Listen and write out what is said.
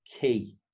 key